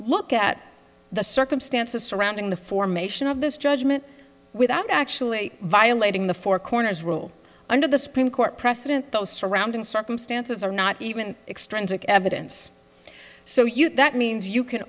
look at the circumstances surrounding the formation of this judgment without actually violating the four corners rule under the supreme court precedent those surrounding circumstances are not even extrinsic evidence so you that means you can